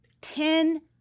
ten